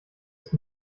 ist